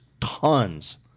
tons